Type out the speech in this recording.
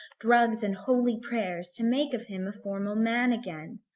drugs, and holy prayers, to make of him a formal man again.